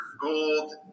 gold